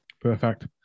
perfect